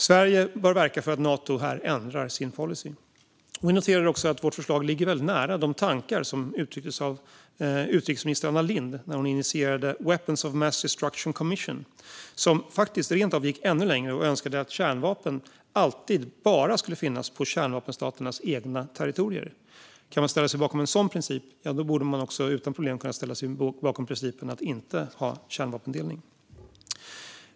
Sverige bör verka för att Nato här ändrar sin policy. Vi noterar också att vårt förslag ligger nära de tankar som uttrycktes av dåvarande utrikesminister Anna Lindh när hon initierade Weapons of Mass Destruction Commission, som rent av gick ännu längre och önskade att kärnvapnen alltid bara skulle finnas på kärnvapenstaternas egna territorier. Kan man ställa sig bakom en sådan princip borde man också utan problem kunna ställa sig bakom principen att inte ha kärnvapendelning.